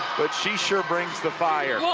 but she sure brings the fire. well,